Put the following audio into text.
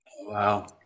Wow